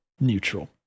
neutral